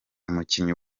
umukinnyi